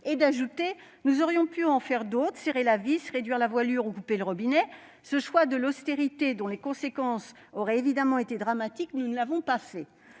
», ajoutant qu'ils auraient pu faire d'autres choix :« Serrer la vis, réduire la voilure ou couper le robinet [...] Ce choix de l'austérité, dont les conséquences auraient évidemment été dramatiques, nous ne l'avons pas fait.